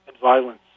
violence